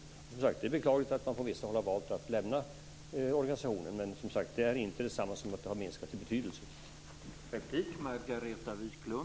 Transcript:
Som sagt: Det är beklagligt att man på vissa håll har valt att lämna organisationen, men det är inte detsamma som att den har minskat i betydelse.